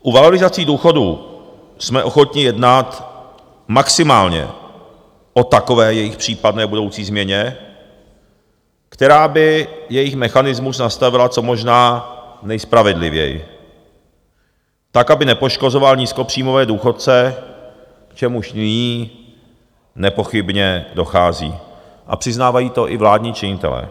U valorizací důchodů jsme ochotni jednat maximálně o takové jejich případné budoucí změně, která by jejich mechanismus nastavila co možná nejspravedlivěji, tak, aby nepoškozoval nízkopříjmové důchodce, k čemuž nyní nepochybně dochází, a přiznávají to i vládní činitelé.